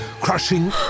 crushing